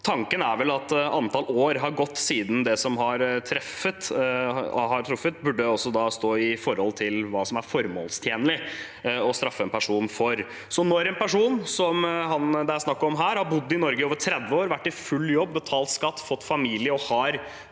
Tanken er vel at antallet år som har gått siden det inntrufne, bør stå i forhold til hva som er formålstjenlig å straffe en person for. Når det gjelder en person som han det er snakk om her – som har bodd i Norge i over 30 år, vært i full jobb, betalt skatt, fått familie og har